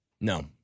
No